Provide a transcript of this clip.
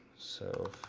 so,